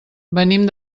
venim